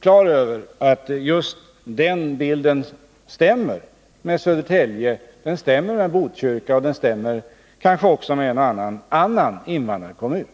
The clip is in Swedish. klar över att just den bilden stämmer med situationen i Södertälje, Botkyrka och kanske också en och annan invandrarkommun till.